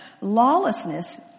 Lawlessness